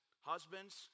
husbands